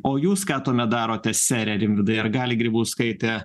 o jūs ką tuomet darote sere rimvydai ar gali grybauskaitė